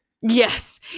yes